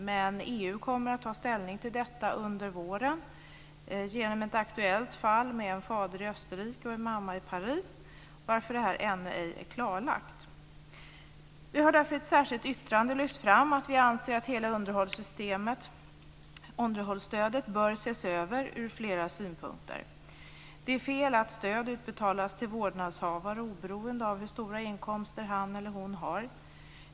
Men EU kommer att ta ställning till detta under våren genom ett aktuellt fall med en fader i Österrike och en mamma i Paris, varför det här ännu ej är klarlagt. Vi har därför i ett särskilt yttrande lyft fram att vi anser att hela underhållsstödet bör ses över ur flera synpunkter. Det är fel att stöd utbetalas till vårdnadshavare oberoende av hur stora inkomster han eller hon har.